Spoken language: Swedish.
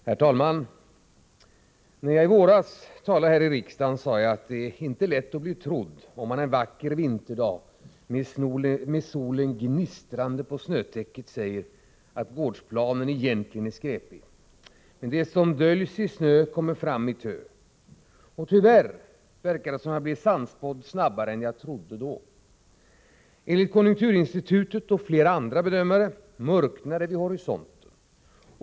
Herr talman! När jag i våras talade här i riksdagen sade jag att det inte är lätt att bli trodd, om man en vacker vinterdag, med solen gnistrande på snötäcket, säger att gårdsplanen egentligen är skräpig. Men det som döljs i snö kommer fram i tö. Tyvärr verkar det som att jag blir sannspådd snabbare än jag trodde. Enligt konjunkturinstitutet och flera andra bedömare mörknar det vid horisonten.